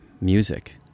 music